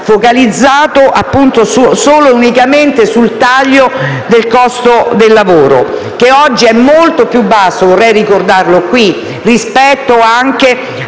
focalizzato solo ed unicamente sul taglio del costo del lavoro, che oggi è molto più basso - vorrei ricordarlo